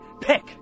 pick